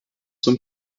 zum